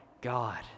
God